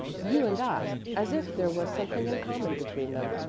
you and i as if there was something in common between them.